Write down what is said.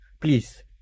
please